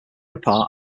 apart